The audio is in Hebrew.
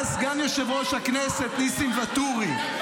אני פשוט שומרת חוק.